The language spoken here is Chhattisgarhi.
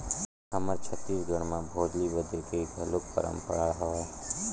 हमर छत्तीसगढ़ म भोजली बदे के घलोक परंपरा हवय